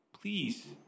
Please